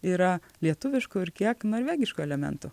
yra lietuviškų ir kiek norvegiškų elementų